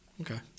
Okay